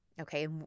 Okay